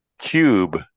Cube